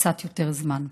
קצת יותר זמן.